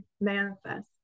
manifest